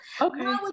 okay